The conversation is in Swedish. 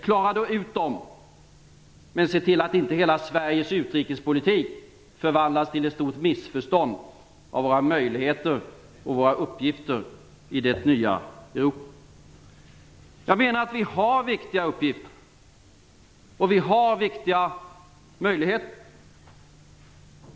Klara då ut dem, men se till att inte hela Sveriges utrikespolitik förvandlas till ett stort missförstånd av våra möjligheter och våra uppgifter i det nya Europa. Jag menar att vi har viktiga uppgifter och viktiga möjligheter.